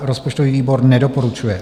Rozpočtový výbor nedoporučuje.